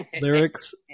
lyrics